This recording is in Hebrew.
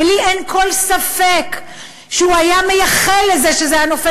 ולי אין כל ספק שהוא היה מייחל לזה שזה היה נופל